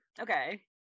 Okay